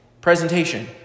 presentation